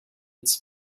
its